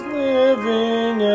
living